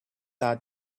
are